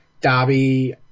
Dobby